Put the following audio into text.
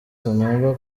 sinumva